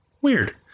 Weird